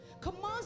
Commands